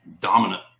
dominant